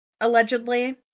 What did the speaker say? Allegedly